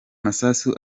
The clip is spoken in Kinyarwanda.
masasu